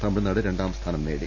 തമി ഴ്നാട് രണ്ടാം സ്ഥാനം നേടി